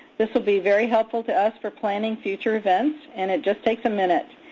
this will be very helpful to us for planning future events and it just takes a minute.